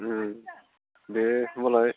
दे होमब्लालाय